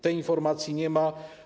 Tej informacji nie ma.